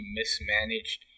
mismanaged